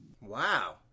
Wow